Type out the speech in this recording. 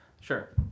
Sure